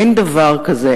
אין דבר כזה.